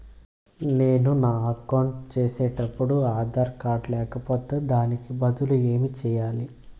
నేను నా అకౌంట్ సేసేటప్పుడు ఆధార్ కార్డు లేకపోతే దానికి బదులు ఏమి సెయ్యాలి?